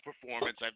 performance